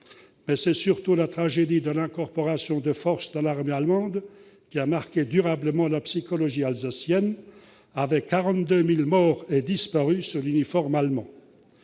C'est surtout la tragédie de l'incorporation de force dans l'armée allemande qui a marqué durablement la psychologie alsacienne, avec 42 000 morts ou disparus sous l'uniforme allemand.